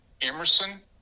Emerson